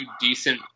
decent